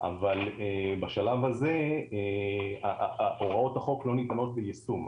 אבל בשלב הזה הוראות החוק לא ניתנות ליישום.